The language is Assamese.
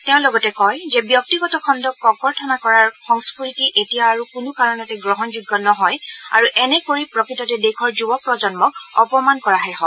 তেওঁ লগতে কয় যে ব্যক্তিগত খণ্ডক ককৰ্থনা কৰাৰ সংস্কৃতি এতিয়া আৰু কোনো কাৰণতে গ্ৰহণযোগ্য নহয় আৰু এনে কৰি প্ৰকৃততে দেশৰ যুৱ প্ৰজন্মক অপমান কৰাহে হয়